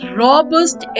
robust